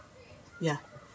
ya